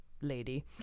lady